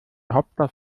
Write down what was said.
hauptstadt